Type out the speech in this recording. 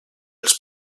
els